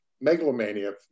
megalomania